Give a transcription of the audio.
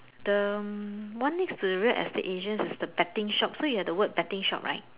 the one next to the real estate agents is a betting shop so you have the word betting shop right